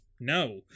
No